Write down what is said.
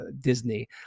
Disney